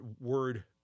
word